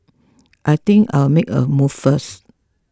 I think I'll make a move first